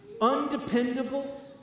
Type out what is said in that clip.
undependable